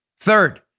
Third